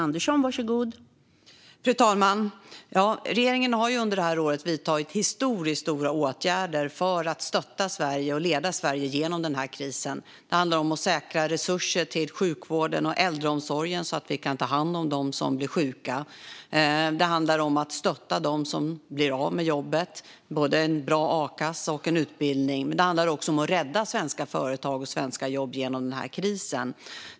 Fru talman! Regeringen har under året vidtagit historiskt stora åtgärder för att stötta Sverige och leda Sverige genom krisen. Det handlar om att säkra resurser till sjukvården och äldreomsorgen, så att vi kan ta hand om dem som blir sjuka. Det handlar om att stötta dem som blir av med jobbet med både bra a-kassa och utbildning. Det handlar också om att rädda svenska företag och svenska jobb genom krisen.